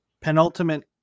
penultimate